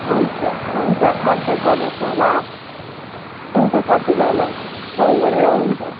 हुन्छ हुन्छ कन्ट्याक्ट गर्नुहोस् न ल हुन्छ साथीभाइलाई कल गरेर हुन्छ